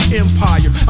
empire